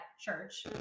church